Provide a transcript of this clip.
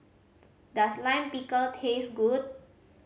does Lime Pickle taste good